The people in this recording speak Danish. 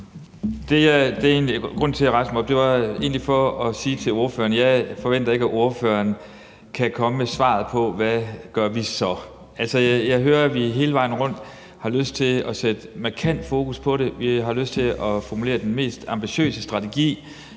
grunden til at jeg rejste mig op, var egentlig, at jeg ville sige til ordføreren, at jeg ikke forventer, at ordføreren kan komme med svaret på: Hvad gør vi så? Altså, jeg hører, at vi hele vejen rundt har lyst til at sætte markant fokus på det; vi har lyst til at formulere den mest ambitiøse strategi;